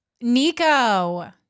Nico